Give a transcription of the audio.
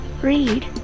read